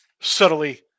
subtly